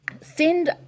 send